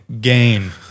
game